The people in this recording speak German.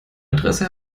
adresse